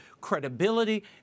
credibility